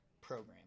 program